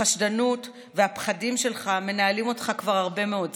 החשדנות והפחדים שלך מנהלים אותך כבר הרבה מאוד זמן,